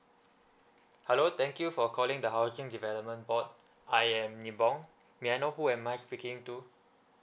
hello thank you for calling the housing development board I am nibong may I know who am I speaking to